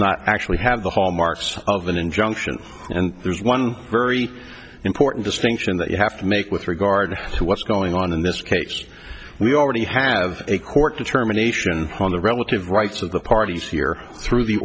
not actually have the hallmarks of an injunction and there's one very important distinction that you have to make with regard to what's going on in this case we already have a court determination on the relative rights of the parties here through the